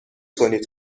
کنید